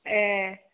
ए